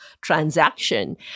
transaction